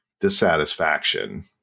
dissatisfaction